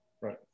Right